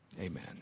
Amen